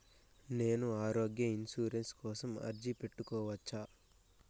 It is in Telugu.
నేను ఆరోగ్య ఇన్సూరెన్సు కోసం అర్జీ పెట్టుకోవచ్చా?